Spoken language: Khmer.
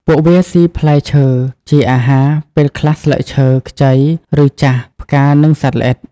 ពួកវាសុីផ្លែឈើជាអាហារ ពេលខ្លះស្លឹកឈើ ខ្ចី ឬចាស់ ផ្កានិងសត្វល្អិត។